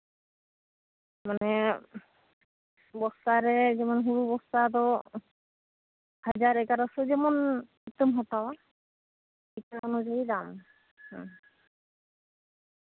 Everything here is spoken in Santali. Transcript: ᱢᱟᱱᱮ ᱵᱚᱥᱛᱟᱨᱮ ᱡᱮᱢᱚᱱ ᱦᱩᱲᱩ ᱵᱚᱥᱛᱟ ᱫᱚ ᱦᱟᱡᱟᱨ ᱮᱜᱟᱨᱳ ᱥᱚ ᱡᱮᱢᱚᱱ ᱤᱛᱟᱹᱢ ᱦᱟᱛᱟᱣᱟ ᱤᱛᱟᱹ ᱚᱱᱩᱡᱟᱹᱭᱤ ᱫᱟᱢ